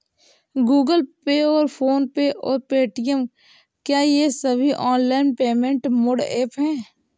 Google Pay PhonePe और Paytm क्या ये सभी ऑनलाइन पेमेंट मोड ऐप हैं?